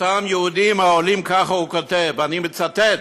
אותם יהודים העולים, ככה הוא כותב, ואני מצטט: